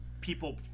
people